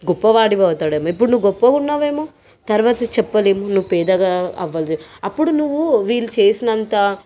గొప్పవాడవుతాడేమో ఇప్పుడు నువ్వు గొప్పగా ఉన్నావేమో తర్వాత చెప్పలేము నువ్వు పేదగా అవ్వాలి అప్పుడు నువ్వు వీళ్ళు చేసినంత